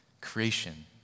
Creation